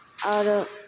आओर